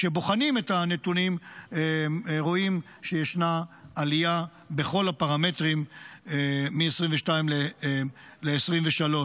כשבוחנים את הנתונים רואים שישנה עלייה בכל הפרמטרים מ-2022 ל-2023.